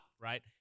right